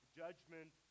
judgment